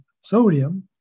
sodium